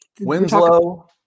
Winslow